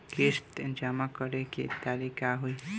किस्त जमा करे के तारीख का होई?